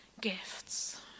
gifts